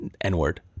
N-word